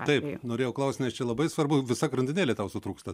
taip norėjau klaust nes čia labai svarbu visa grandinėlė tau sutrūksta